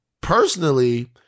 personally